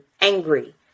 angry